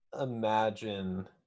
imagine